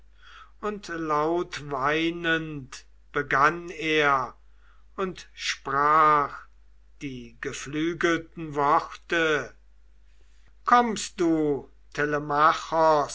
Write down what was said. und lautweinend begann er und sprach die geflügelten worte kommst du